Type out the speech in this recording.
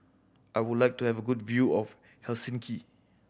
I would like to have a good view of Helsinki